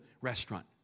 restaurant